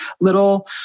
little